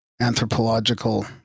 anthropological